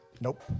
Nope